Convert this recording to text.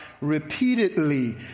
repeatedly